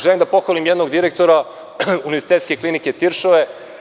Želim da pohvalim jednog direktora Univerzitetske klinike Tiršove.